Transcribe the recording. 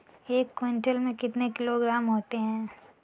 एक क्विंटल में कितने किलोग्राम होते हैं?